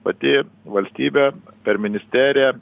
pati valstybė per ministeriją